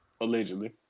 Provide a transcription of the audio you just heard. Allegedly